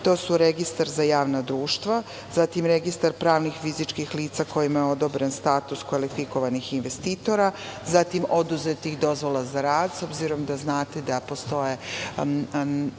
su registar za javna društva, zatim, registar pravnih i fizičkih lica kojima je odobre status kvalifikovanih investitora, zatim, oduzetih dozvola za rad, s obzirom da znate da postoje